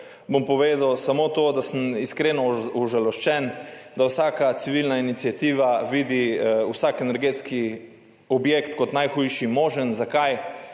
bom povedal samo to, da sem iskreno užaloščen, da vsaka civilna iniciativa vidi vsak energetski objekt kot najhujši možen. Zakaj?